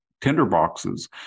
tinderboxes